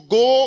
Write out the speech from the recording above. go